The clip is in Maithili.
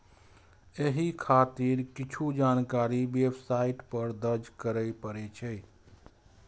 एहि खातिर किछु जानकारी वेबसाइट पर दर्ज करय पड़ै छै